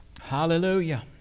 Hallelujah